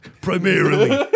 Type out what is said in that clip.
primarily